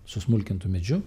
susmulkintu medžiu